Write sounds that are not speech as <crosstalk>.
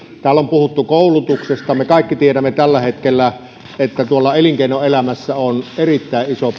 täällä on puhuttu koulutuksesta me kaikki tiedämme tällä hetkellä että tuolla elinkeinoelämässä on tietyillä aloilla erittäin iso <unintelligible>